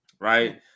right